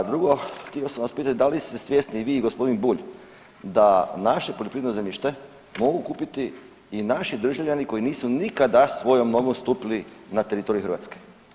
A drugo, htio sam vas pitati da li ste svjesni i g. Bulj da naše poljoprivredno zemljište mogu kupiti i naši državljani koji nisu nikada svojom nogom stupili na teritorij Hrvatske.